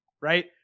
Right